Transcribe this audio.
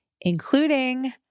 including